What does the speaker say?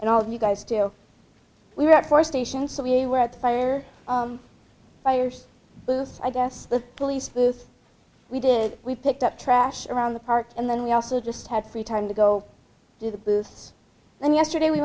and all you guys do we were at four stations so we were at the fire fires i guess the police booth we did we picked up trash around the park and then we also just had free time to go to the booths and yesterday we